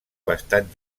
bastant